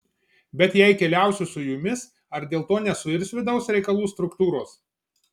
bet jei keliausiu su jumis ar dėl to nesuirs vidaus reikalų struktūros